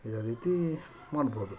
ಇದೇ ರೀತಿ ಮಾಡ್ಬೋದು